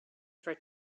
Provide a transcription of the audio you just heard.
for